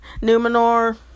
Numenor